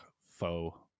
faux